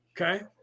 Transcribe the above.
okay